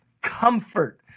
comfort